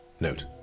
Note